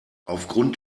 aufgrund